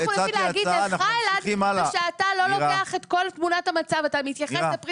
--- נתחיל להגיד לך אלעד שאתה לא לוקח את כל תמונת המצב.